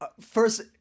first